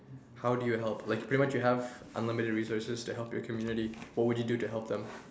how do you help like pretty much you have unlimited resource to help your community what would you do to help them